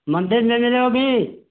मंदिर में मिलोगी